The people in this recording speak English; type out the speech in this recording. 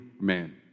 man